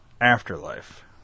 Afterlife